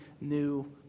new